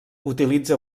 utilitza